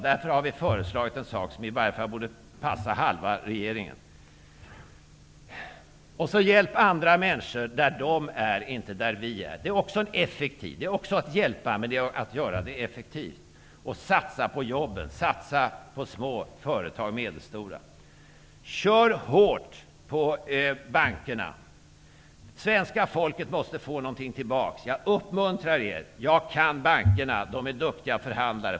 Därför har vi föreslagit en sak, som i varje fall borde passa halva regeringen. Hjälp andra människor där de är -- inte där vi är. Det innebär också att hjälpen blir effektivare. Satsa på jobben. Satsa på små och medelstora företag. Kör hårt på bankerna. Svenska folket måste få någonting tillbaka. Jag uppmuntrar er. Jag kan bankerna. De är duktiga förhandlare.